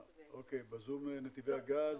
ובזום נתיבי הגז